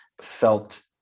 felt